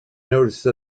notice